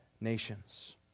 nations